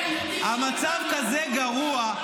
המצב כזה גרוע,